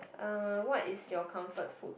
uh what is your comfort food